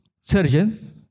surgeon